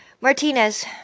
Martinez